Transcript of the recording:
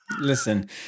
Listen